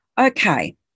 Okay